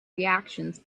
reactions